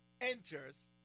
enters